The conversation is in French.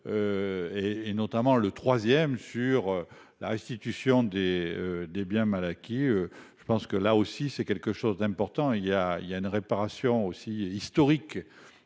et notamment le troisième sur la restitution des des biens mal acquis. Je pense que là aussi c'est quelque chose d'important il y a il y a une réparation aussi historique.